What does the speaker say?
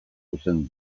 zuzendu